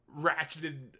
ratcheted